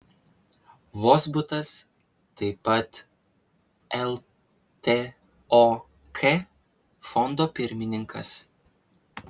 vozbutas taip pat ltok fondo pirmininkas